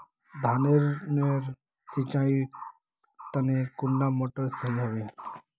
धानेर नेर सिंचाईर तने कुंडा मोटर सही होबे?